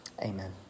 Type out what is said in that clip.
Amen